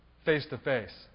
face-to-face